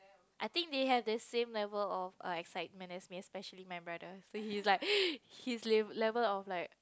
I think they have the same level of err excitement as me especially my brother so he's like his level of like